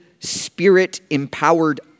spirit-empowered